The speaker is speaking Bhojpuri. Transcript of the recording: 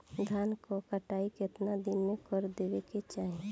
धान क कटाई केतना दिन में कर देवें कि चाही?